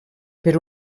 per